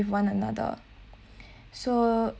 with one another so